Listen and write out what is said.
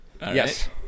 Yes